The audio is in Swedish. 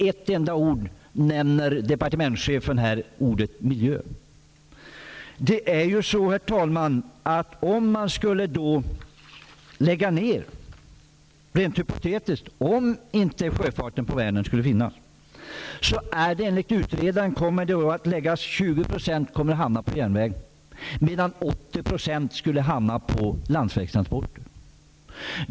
Inte en enda gång nämner departementschefen ordet miljö i svaret. Om sjöfarten på Vänern läggs ned -- jag säger det rent hypotetiskt -- kommer enligt utredaren 20 % av de transporterna att hamna på järnvägen, medan 80 % hamnar på landsväg.